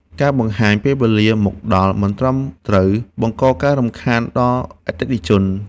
ការបង្ហាញពេលវេលាមកដល់មិនត្រឹមត្រូវ បង្កការរំខានដល់អតិថិជន។